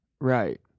Right